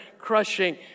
crushing